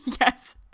Yes